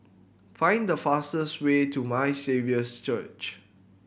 find the fastest way to My Saviour's Church